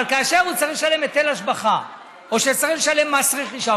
אבל כאשר הוא צריך לשלם היטל השבחה או לשלם מס רכישה,